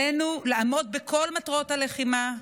עלינו לעמוד בכל מטרות הלחימה,